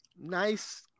nice